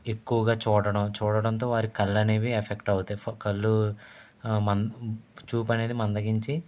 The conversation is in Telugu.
ఎక్కువగా చూడటం చూడడంతో వారి కళ్ళు అనేవి ఎఫెక్ట్ అవుతాయి కళ్ళు మం చూపనేది మందగించి